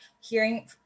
hearing